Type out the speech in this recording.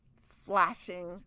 flashing